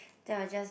then I'll just